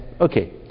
Okay